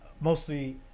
Mostly